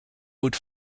would